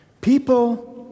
People